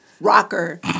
rocker